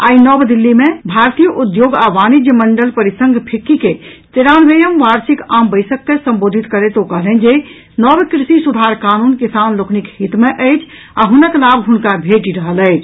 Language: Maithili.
आइ नव दिल्ली मे भारतीय उद्योग आ वाणित्य मंडल परिसंघ फिक्की के तेरानवेयम वार्षिक आम बैसक के संबोधित करैत ओ कहलनि जे नव कृषि सुधार कानून किसान लोकनिक हित मे अछि आ हुनक लाभ हुनका भेटि रहल अछि